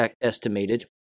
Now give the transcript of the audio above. estimated